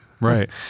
Right